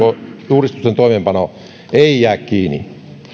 uudistusten toimeenpano ei jää kiinni